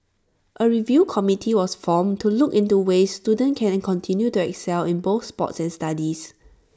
A review committee was formed to look into ways students can continue to excel in both sports and studies